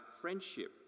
friendship